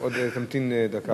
תמתין דקה.